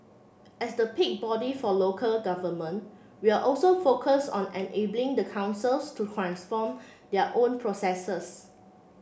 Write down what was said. as the peak body for local government we're also focused on enabling the councils to transform their own processes